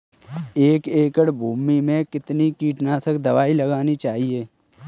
एक एकड़ भूमि में कितनी कीटनाशक दबाई लगानी चाहिए?